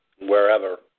wherever